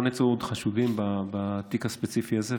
לא נעצרו עוד חשודים בתיק הספציפי הזה,